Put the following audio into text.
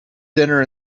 dinner